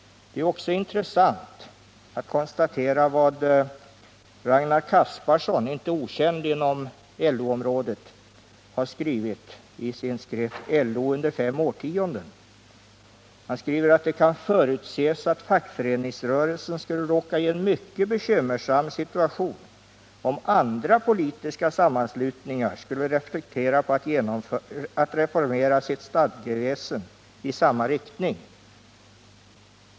Det är också intressant att konstatera vad Ragnar Casparsson, inte okänd inom LO-området, har skrivit i sin skrift LO under fem årtionden. Han skriver att det kan förutses att fackföreningsrörelsen skulle råka i en mycket bekymrad situation, om andra politiska sammanslutningar skulle reflektera på att reformera sitt stadgeväsen i samma riktning.